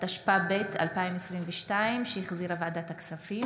התשפ"ב 2022, שהחזירה ועדת הכספים,